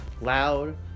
loud